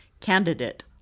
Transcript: Candidate